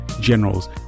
Generals